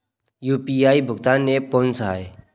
UPI भुगतान app कौन सा है?